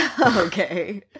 Okay